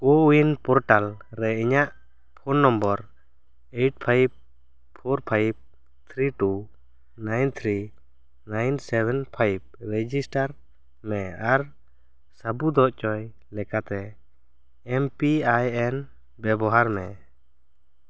CoWIN portal ᱨᱮ ᱤᱧᱟᱹᱜ phone number eight five four five three two nine three nine seven five register ᱢᱮ ᱟᱨ ᱥᱟᱹᱵᱩᱫ ᱟᱪᱚᱭ ᱞᱮᱠᱟᱛᱮ ᱮᱢᱯᱤᱟᱭᱮᱱ ᱵᱮᱵᱚᱦᱟᱨ ᱢᱮ